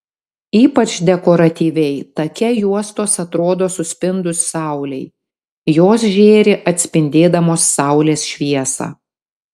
ypač dekoratyviai take juostos atrodo suspindus saulei jos žėri atspindėdamos saulės šviesą